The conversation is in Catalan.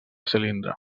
cilindre